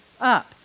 up